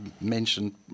mentioned